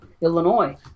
Illinois